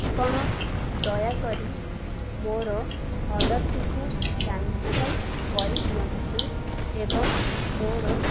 ଆପଣ ଦୟାକରି ମୋର ଅର୍ଡ଼ର୍ଟିକୁ କ୍ୟାାନସଲ୍ କରିଦିଅନ୍ତୁ ଏବଂ ମୋର